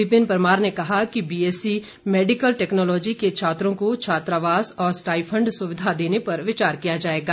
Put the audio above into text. विपिन परमार ने कहा कि बीएससी मेडिकल टैक्नोलॉजी के छात्रों को छात्रावास और स्टाइफंड सुविधा देने पर विचार किया जाएगा